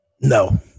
No